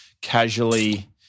casually